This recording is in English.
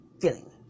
feeling